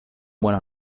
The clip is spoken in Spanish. buenos